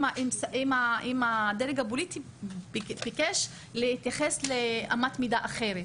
אם הדרג הפוליטי ביקש להתייחס לאמת מידה אחרת,